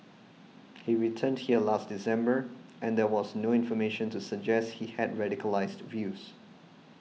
he returned here last December and there was no information to suggest he had radicalised views